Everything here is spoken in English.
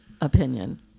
opinion